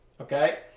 Okay